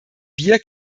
bier